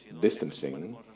distancing